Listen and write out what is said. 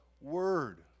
word